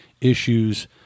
issues